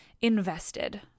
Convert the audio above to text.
invested